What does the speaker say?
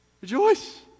rejoice